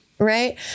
Right